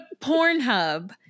Pornhub